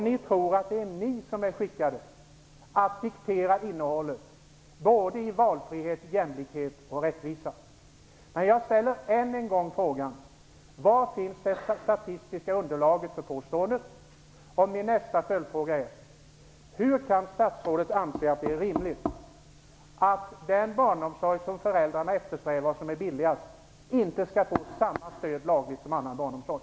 Ni tror att det är ni som är skickade att diktera innehållet i såväl valfrihet, jämlikhet som rättvisa. Jag ställer än en gång frågan: Var finns det statistiska underlaget för påståendet? Min nästa följdfråga är: Hur kan statsrådet anse att det är rimligt att den barnomsorg som föräldrarna eftersträvar och som är billigast inte skall få samma lagliga stöd som annan barnomsorg?